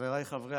חברי הכנסת,